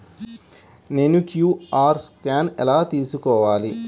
నేను QR scan ఎలా తీసుకోవాలి?